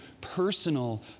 personal